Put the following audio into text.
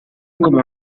como